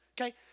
okay